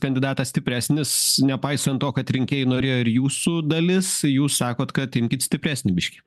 kandidatas stipresnis nepaisant to kad rinkėjai norėjo ir jūsų dalis jūs sakot kad imkit stipresnį biškį